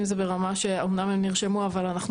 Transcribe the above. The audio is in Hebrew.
אם זה ברמה שאמנם הן נרשמו אבל אנחנו